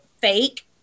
fake